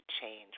change